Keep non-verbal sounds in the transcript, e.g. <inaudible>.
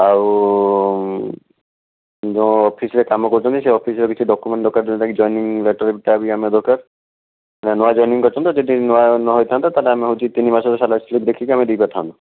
ଆଉ ଯେଉଁ ଅଫିସ୍ରେ କାମ କରୁଛନ୍ତି ସେଇ ଅଫିସ୍ର କିଛି ଡକ୍ୟୁମେଣ୍ଟ ଦରକାର ଯେଉଁଟା କି ଜଏନିଂ ଲେଟର ତା ବି ଆମର ଦରକାର <unintelligible> ନୂଆ ଜଏନିଂ କରିଛନ୍ତି ତ ଯଦି ନୂଆ ନ ହେଇଥାନ୍ତା ତା'ହେଲେ ଆମେ ହେଉଛି ତିନି ମାସର ସାଲାରି ସ୍ଲିପ୍ ଦେଖିକି ଆମେ ଦେଇପାରିଥାନ୍ତୁ